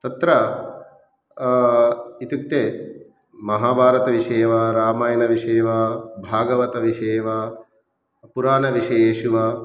तत्र इत्युक्ते महाभारतविषये वा रामायणविषये वा भागवतविषये वा पुराणविषयेषु वा